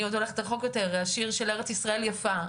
אני עוד הולכת רחוק יותר, השיר של ארץ ישראל יפה.